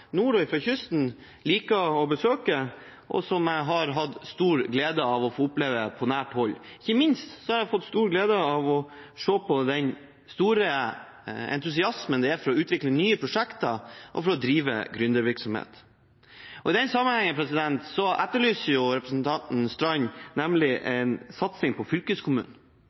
kysten – liker å besøke, og som jeg har hatt stor glede av å få oppleve på nært hold. Ikke minst har jeg hatt stor glede av å se på den store entusiasmen som er for å utvikle nye prosjekter og for å drive gründervirksomhet. I den sammenhengen etterlyser representanten Knutsdatter Strand en satsing på fylkeskommunen.